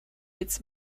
its